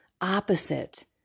opposite